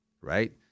right